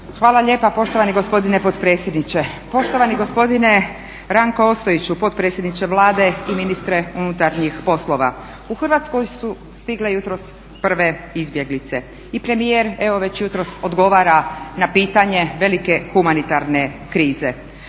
Hvala lijepa poštovani gospodine potpredsjedniče. Poštovani gospodine Ranko Ostojiću, potpredsjedniče Vlade i ministre unutarnjih poslova, u Hrvatskoj su stigle jutros prve izbjeglice i premijer evo već jutros odgovara na pitanje velike humanitarne krize